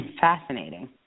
Fascinating